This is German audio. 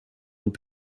und